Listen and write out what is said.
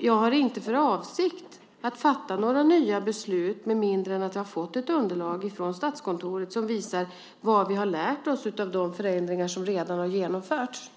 Jag har inte för avsikt att fatta några nya beslut med mindre än att jag har fått ett underlag från Statskontoret som visar vad vi har lärt oss av de förändringar som redan har genomförts.